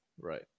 right